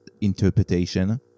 interpretation